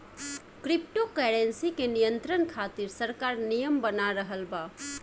crypto currency के नियंत्रण खातिर सरकार नियम बना रहल बा